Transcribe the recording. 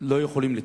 לא יכולים לתפקד.